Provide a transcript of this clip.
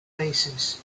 basis